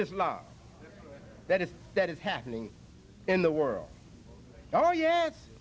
islam that is that is happening in the world oh yes